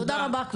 תודה רבה.